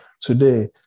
today